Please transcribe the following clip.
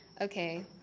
Okay